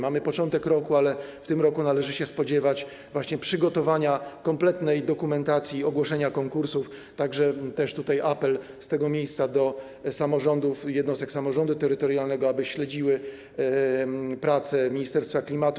Mamy początek roku, ale w tym roku należy się spodziewać przygotowania kompletnej dokumentacji ogłoszenia konkursów, dlatego też apel z tego miejsca do samorządów, jednostek samorządu terytorialnego, aby śledziły prace Ministerstwa Klimatu.